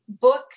book